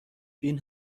بین